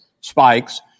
spikes